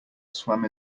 swam